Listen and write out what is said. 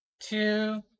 two